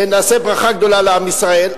נעשה ברכה גדולה לעם ישראל.